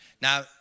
Now